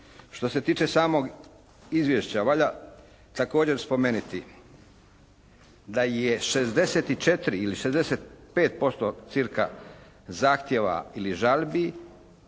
Što se tiče samog Izvješća valja također spomeniti, da je 64 ili 65% cca. zahtjeva ili žalbi